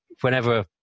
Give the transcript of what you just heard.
Whenever